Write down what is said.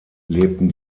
lebten